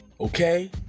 Okay